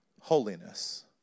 holiness